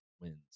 wins